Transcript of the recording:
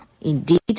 indeed